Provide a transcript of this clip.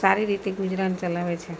સારી રીતે ગુજરાન ચલાવે છે